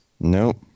Nope